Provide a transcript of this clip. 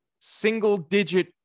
Single-digit